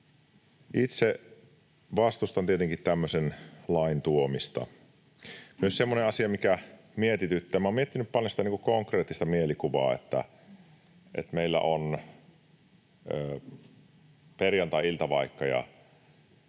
Itse vastustan tietenkin tämmöisen lain tuomista. Myös semmoinen asia, mikä mietityttää: Minä olen miettinyt paljon sitä konkreettista mielikuvaa, että kun meillä on vaikka perjantai-ilta,